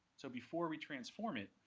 so before we transform it,